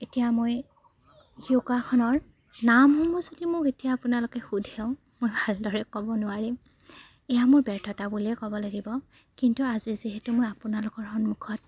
এতিয়া মই যোগাসনৰ নামসমূহ যদি মোক এতিয়া আপোনালোকে সোধেও মই ভালদৰে ক'ব নোৱাৰিম এয়া মোৰ ব্যৰ্থতা বুলিয়ে ক'ব লাগিব কিন্তু আজি যিহেতু মই আপোনালোকৰ সন্মুখত